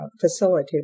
facility